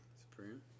Supreme